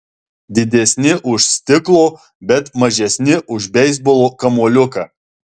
didesni už stiklo bet mažesni už beisbolo kamuoliuką